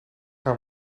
gaan